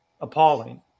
appalling